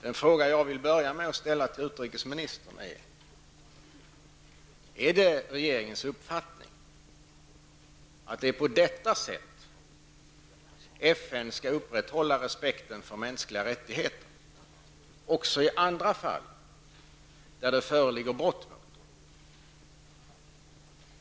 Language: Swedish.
Den fråga jag till en början vill ställa till utrikesministern är: Är det regeringens uppfattning att det är på detta sätt som FN skall upprätthålla respekten för mänskliga rättigheter också i andra fall där det föreligger brott mot dem?